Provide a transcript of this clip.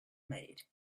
maid